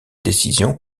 décision